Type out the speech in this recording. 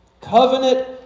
Covenant